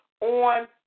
on